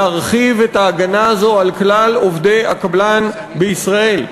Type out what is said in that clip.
להרחיב את ההגנה הזאת על כלל עובדי הקבלן בישראל.